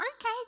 okay